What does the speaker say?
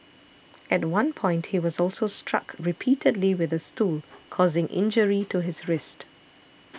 at one point he was also struck repeatedly with a stool causing injury to his wrist